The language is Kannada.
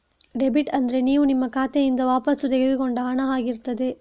ಡೆಬಿಟ್ ಅಂದ್ರೆ ನೀವು ನಿಮ್ಮ ಖಾತೆಯಿಂದ ವಾಪಸ್ಸು ತಗೊಂಡ ಹಣ ಆಗಿರ್ತದೆ